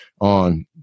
on